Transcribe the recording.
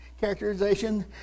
Characterization